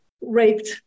raped